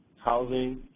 housing,